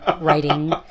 writing